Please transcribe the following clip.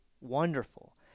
wonderful